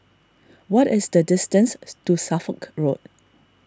what is the distance to Suffolk Road